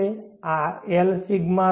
છે આ Lσp